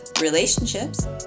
relationships